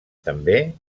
també